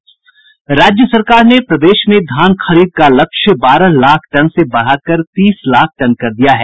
राज्य सरकार ने प्रदेश में धान खरीद का लक्ष्य बारह लाख टन से बढ़ाकर तीस लाख टन कर दिया है